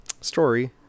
story